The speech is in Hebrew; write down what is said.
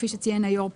כפי שציין היו"ר,